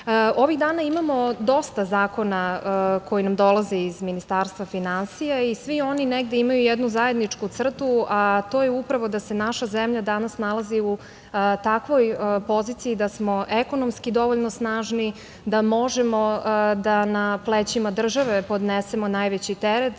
dana imamo dosta zakona koji nam dolaze iz Ministarstva finansija i svi oni negde imaju jednu zajedničku crtu, a to je upravo da se naša zemlja danas nalazi u takvoj poziciji da smo ekonomski dovoljno snažni da možemo da na plećima države podnesemo najveći teret,